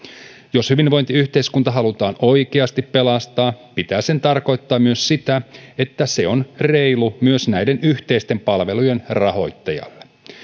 jos hyvinvointiyhteiskunta halutaan oikeasti pelastaa pitää sen tarkoittaa myös sitä että se on reilu myös näiden yhteisten palvelujen rahoittajille